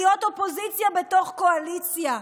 להיות אופוזיציה בתוך קואליציה.